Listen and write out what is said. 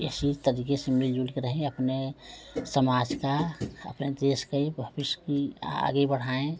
ऐसी तरीके से मिलजुल के रहें अपने समाज का अपने देश का ये भविष्य की आगे बढ़ाएं